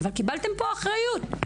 אבל קיבלתם פה אחריות,